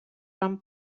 van